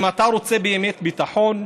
אם אתה רוצה באמת ביטחון,